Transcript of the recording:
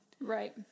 Right